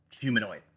humanoid